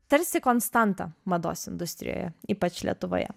tarsi konstanta mados industrijoje ypač lietuvoje